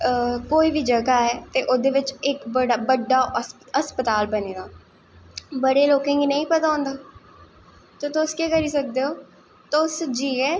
कोई बी जगह् ऐ ते ओह्दे बिच्च इक बड्डा हस्पताल बने दा बड़े लोकें गी नेंई पता होंदा ते तुस केह् करी सकदे हो तुस जाईयै